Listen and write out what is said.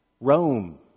Rome